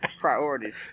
Priorities